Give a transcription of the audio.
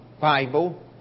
Bible